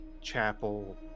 chapel